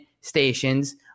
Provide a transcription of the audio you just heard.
stations